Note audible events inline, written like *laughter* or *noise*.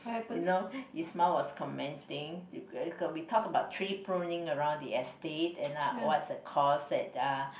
you know Ismail was commenting *noise* we talk about tree pruning around the estate and uh what's the cost and uh